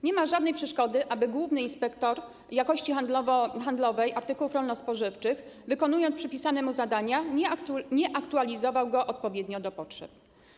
Nie ma żadnej przeszkody, aby główny inspektor jakości handlowej artykułów rolno-spożywczych, wykonując przypisane mu zadania, nie aktualizował go odpowiednio do potrzeb.